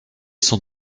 sans